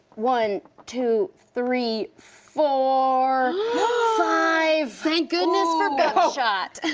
one, two, three, four five, thank goodness for buckshot.